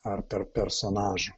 ar tarp personažų